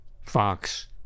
Fox